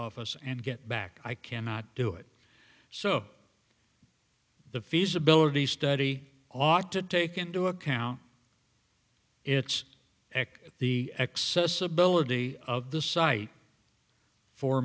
office and get back i cannot do it so the feasibility study ought to take into account its the accessibility of the site fo